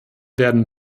werden